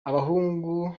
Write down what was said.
abahungu